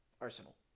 Arsenal